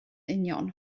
union